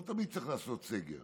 לא תמיד צריך לעשות סגר,